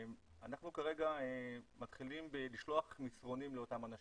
אנחנו כרגע מתחילים בלשלוח מסרונים לאותם אנשים,